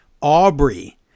Aubrey